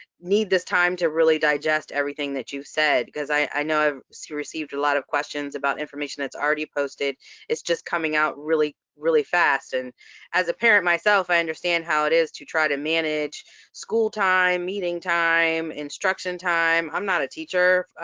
need this time to really digest everything that you said, because i know i've received a lot of questions about information that's already posted it's just coming out really, really fast, and as a parent myself, i understand how it is to try to manage school time, meeting time, instruction time. i'm not a teacher,